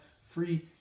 free